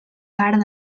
part